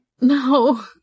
No